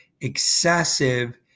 excessive